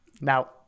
Now